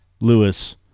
Lewis